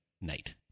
night